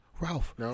Ralph